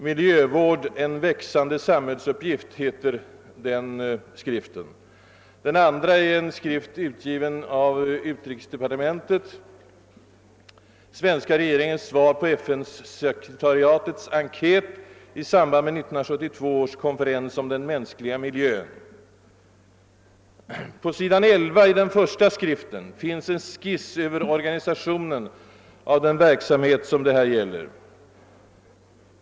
»Miljövård — en växande samhällsuppgift« heter den skriften. Det andra är en skrift utgiven av utrikesdepartementet: »Svenska regeringens svar på FN-sekretariatets enkät i samband med 1972 års konferens om den mänskliga miljön». På s. 11 i den första skriften finns en skiss över organisationen av den verksamhet det här gäller.